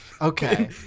Okay